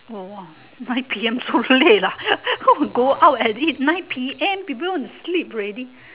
oh ah nine P_M so late lah how to go out at nine P_M people want to sleep already